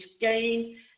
gain